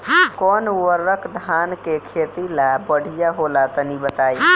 कौन उर्वरक धान के खेती ला बढ़िया होला तनी बताई?